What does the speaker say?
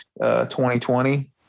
2020